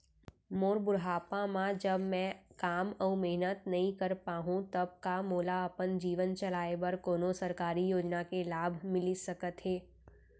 मोर बुढ़ापा मा जब मैं काम अऊ मेहनत नई कर पाहू तब का मोला अपन जीवन चलाए बर कोनो सरकारी योजना के लाभ मिलिस सकत हे?